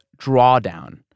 Drawdown